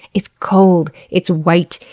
it's cold, it's white,